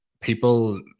people